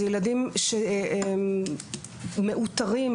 זה ילדים שהם מאותרים,